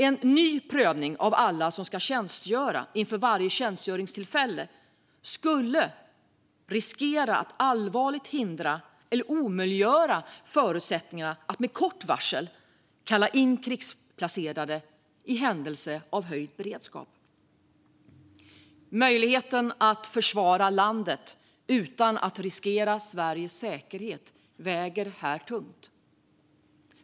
En ny prövning av alla som ska tjänstgöra inför varje tjänstgöringstillfälle skulle riskera att allvarligt hindra eller omöjliggöra förutsättningarna att med kort varsel kalla in krigsplacerade i händelse av höjd beredskap. Möjligheten att försvara landet utan att riskera Sveriges säkerhet väger här tungt.